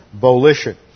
volition